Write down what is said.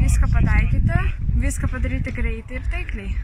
viską pataikyti viską padaryti greitai ir taikliai